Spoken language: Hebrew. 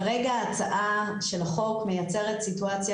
כרגע ההצעה של החוק מייצרת סיטואציה,